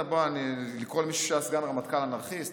לקרוא למישהו שהיה סגן רמטכ"ל אנרכיסט,